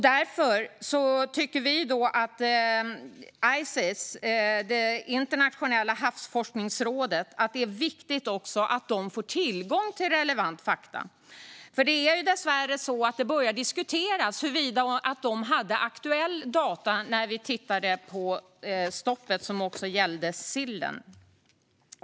Därför är det viktigt att det internationella havsforskningsrådet Ices får tillgång till relevanta fakta. Dessvärre har det börjat diskuteras huruvida Ices hade aktuella data när man tittade på stoppet, som också gällde sillen.